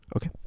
Okay